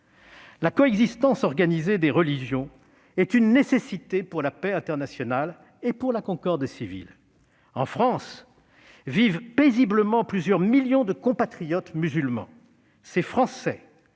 La coexistence organisée des religions est une nécessité pour la paix internationale et pour la concorde civile. En France vivent paisiblement plusieurs millions de compatriotes musulmans. Ces Français,